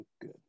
good